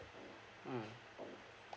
mm